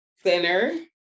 thinner